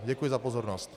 Děkuji za pozornost.